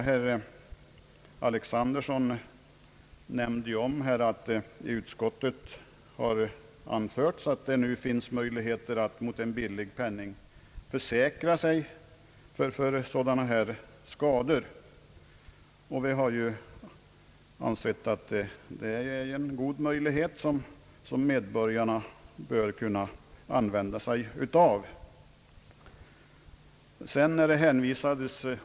Herr Alexanderson nämnde, att utskottet har anfört att det numera finns möjlighet att för en billig penning försäkra sig mot skador av det slag det här gäller. Vi anser att medborgarna bör kunna begagna sig av denna möjlighet.